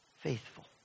faithful